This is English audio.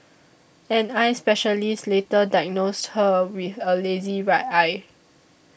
an eye specialist later diagnosed her with a lazy right eye